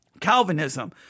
Calvinism